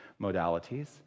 modalities